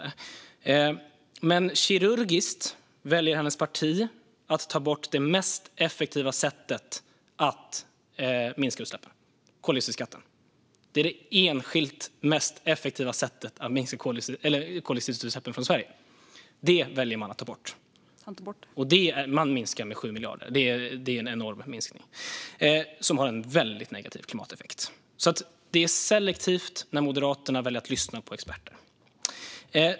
Men kirurgiskt väljer hennes parti att ta bort det mest effektiva sättet att minska utsläppen, nämligen koldioxidskatten. Det är det enskilt mest effektiva sättet att minska koldioxidutsläppen i Sverige. Detta väljer de att ta bort. : Vi tar inte bort det.) De minskar det med 7 miljarder. Det är enorm minskning som skulle få en väldigt negativ klimateffekt. Moderaterna väljer att lyssna selektivt på experter.